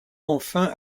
enfin